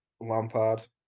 Lampard